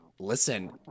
Listen